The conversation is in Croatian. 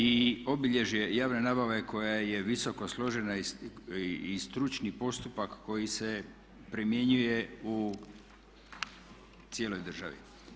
I obilježje javne nabave koja je visoko složena i stručni postupak koji se primjenjuje u cijeloj državi.